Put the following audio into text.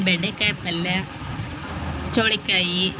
ಬೆಂಡೆಕಾಯಿ ಪಲ್ಯ ಚೋಳಿಕಾಯಿ